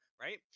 right